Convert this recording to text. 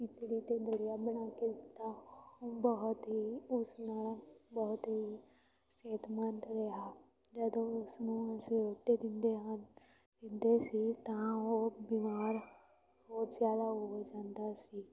ਖਿਚੜੀ ਅਤੇ ਦਲੀਆ ਬਣਾ ਕੇ ਦਿੱਤਾ ਬਹੁਤ ਹੀ ਉਸਨੂੰ ਬਹੁਤ ਹੀ ਸਿਹਤਮੰਦ ਰਿਹਾ ਜਦੋਂ ਉਸਨੂੰ ਅਸੀਂ ਰੋਟੀ ਦਿੰਦੇ ਹਨ ਦਿੰਦੇ ਸੀ ਤਾਂ ਉਹ ਬਿਮਾਰ ਹੋਰ ਜ਼ਿਆਦਾ ਹੋ ਜਾਂਦਾ ਸੀ